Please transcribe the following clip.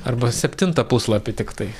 arba septintą puslapį tiktai